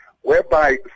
whereby